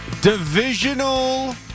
Divisional